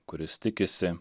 kuris tikisi